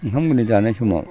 ओंखाम गोरलै जानाय समाव